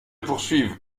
poursuivent